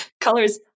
colors